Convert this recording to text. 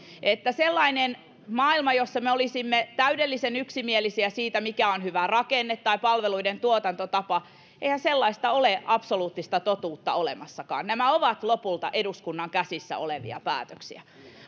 sellainen maailma jossa me olisimme täydellisen yksimielisiä siitä mikä on hyvä rakenne tai palveluiden tuotantotapa eihän sellaista absoluuttista totuutta ole olemassakaan nämä ovat lopulta eduskunnan käsissä olevia päätöksiä